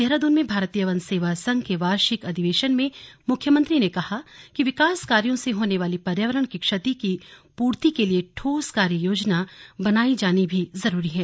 देहरादून में भारतीय वन सेवा संघ के वार्षिक अधिवेशन में मुख्यमंत्री ने कहा कि विकास कार्यों से होने वाली पर्यावरण की क्षति की पूर्ति के लिए ठोस कार्ययोजना बनायी जानी भी जरूरी है